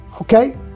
okay